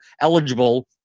eligible